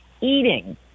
eating